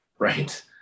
Right